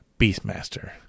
Beastmaster